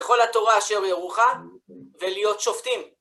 לכל התורה אשר אירוחה, ולהיות שופטים.